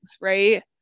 right